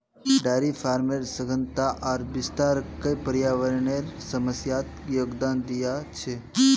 dairy फार्मेर सघनता आर विस्तार कई पर्यावरनेर समस्यात योगदान दिया छे